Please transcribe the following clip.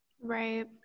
Right